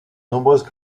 nombreuses